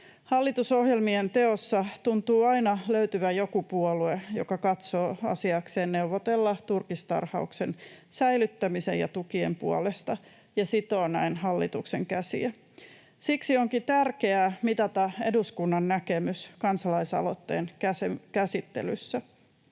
Hallitusohjelmien teossa tuntuu aina löytyvän joku puolue, joka katsoo asiakseen neuvotella turkistarhauksen säilyttämisen ja tukien puolesta ja sitoo näin hallituksen käsiä. Siksi onkin tärkeää mitata eduskunnan näkemys kansalaisaloitteen käsittelyssä.